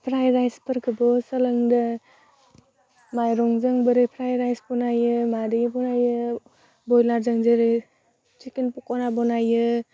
प्राइ राइसफोरखौ सोलोंदो माइरंजों बोरै प्राइ राइस बनायो मारै बनायो बयलारजों जेरै सिक्केन फख'रा बनायो